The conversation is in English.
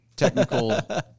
Technical